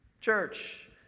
Church